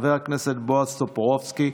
חבר הכנסת בועז טופורובסקי,